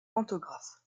pantographe